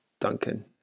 Duncan